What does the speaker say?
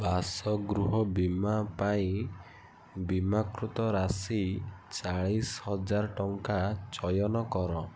ବାସଗୃହ ବୀମା ପାଇଁ ବୀମାକୃତ ରାଶି ଚାଳିଶହଜାର ଟଙ୍କା ଚୟନ କର